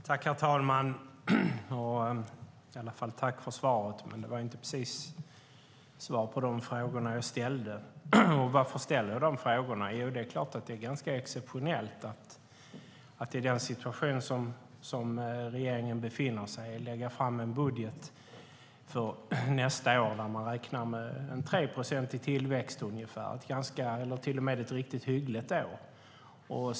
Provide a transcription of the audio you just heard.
Herr talman! Jag tackar för svaret, men det var inte precis svar på de frågor jag ställde. Varför ställer jag frågorna? Jo, det är klart att det är ganska exceptionellt att i den situation regeringen befinner sig i lägga fram en budget för nästa år där man räknar med ungefär 3 procents tillväxt. Det är ett ganska, eller till och med riktigt, hyggligt år.